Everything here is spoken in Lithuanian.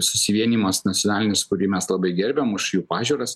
susivienijimas nacionalinis kurį mes labai gerbiam už jų pažiūras